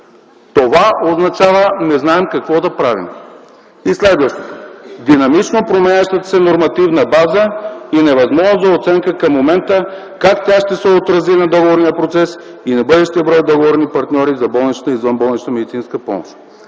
Това означава – не знаем какво да правим. Следващото: „Динамично променящата се нормативна база и невъзможност за оценка към момента как тя ще се отрази на договорния процес и на бъдещия брой договорни партньори за болничната и извънболнична медицинска помощ”.